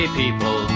people